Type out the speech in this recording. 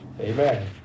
Amen